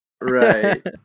Right